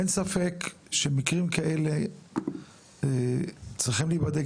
אין ספק שמקרים כאלה צריכים להיבדק